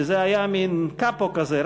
וזה היה מין קאפו כזה,